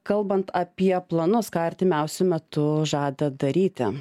kalbant apie planus ką artimiausiu metu žadat daryti